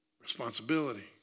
responsibility